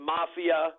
Mafia